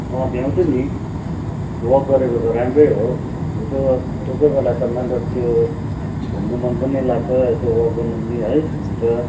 अँ भ्याउँछु नि वक गरेको त राम्रै हो यसो कोही कोही बेला त मालरोड त्यो घुम्नु मन पनि लाग्छ यसो वक गर्नु पनि है हुन्छ